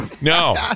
No